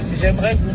J'aimerais